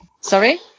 Sorry